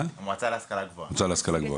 המועצה להשכלה גבוהה.